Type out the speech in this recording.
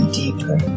deeper